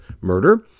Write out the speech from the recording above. murder